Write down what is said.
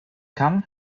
come